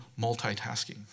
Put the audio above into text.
multitasking